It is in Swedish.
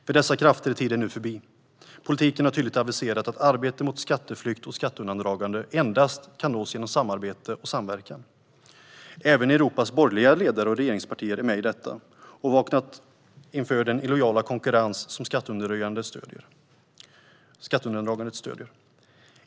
För dessa krafter är tiden nu förbi. Politiken har tydligt aviserat att arbete mot skatteflykt och skatteundandragande endast kan ske genom samarbete och samverkan. Även Europas borgerliga ledare och regeringspartier är med i detta och har vaknat upp inför den illojala konkurrens som skatteundandragandet stöder.